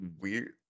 weird